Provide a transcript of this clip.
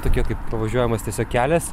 tokia kaip pavažiuojamas tiesiog kelias